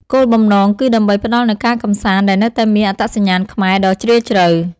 គោលបំណងគឺដើម្បីផ្តល់នូវការកម្សាន្តដែលនៅតែមាន អត្តសញ្ញាណខ្មែរ ដ៏ជ្រាលជ្រៅ។